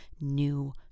new